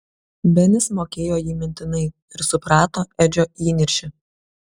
benis mokėjo jį mintinai ir suprato edžio įniršį